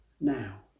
now